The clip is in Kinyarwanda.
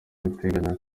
guteganya